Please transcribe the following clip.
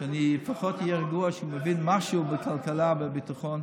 שאני לפחות אהיה רגוע שהוא מבין משהו בכלכלה ובביטחון,